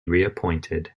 reappointed